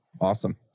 Awesome